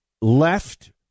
left